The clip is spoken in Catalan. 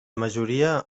majoria